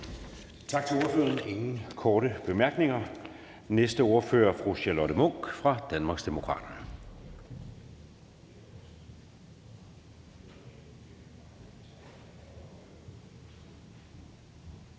Tak til ordføreren. Der er ingen korte bemærkninger. Næste ordfører er fru Charlotte Munch fra Danmarksdemokraterne.